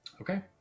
okay